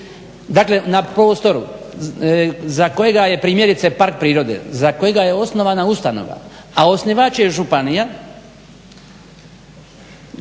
Dakle na prostoru za kojega je primjerice park prirode, za kojega je osnovana ustanova a osnivač je županija,